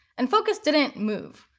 and focus didn't move.